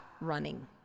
running